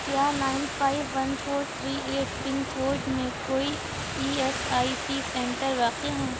کیا nine five one four three eight pin code میں کوئی E S I C centre واقع ہیں